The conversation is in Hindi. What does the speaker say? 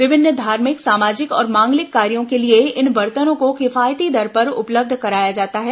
विभिन्न धार्मिक सामाजिक और मांगलिक कार्यो के लिए इन बर्तनों को किफायती दर पर उपलब्ध कराया जाता है